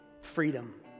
freedom